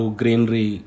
greenery